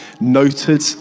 noted